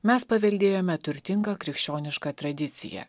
mes paveldėjome turtingą krikščionišką tradiciją